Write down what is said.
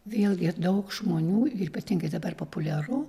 vėlgi daug žmonių ir ypatingai dabar populiaru